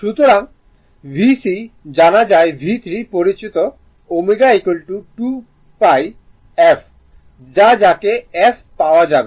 সুতরাং V c জানা যায় V3 পরিচিত ω 2 πpi f যা থেকে f পাওয়া যাবে